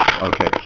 Okay